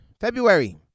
February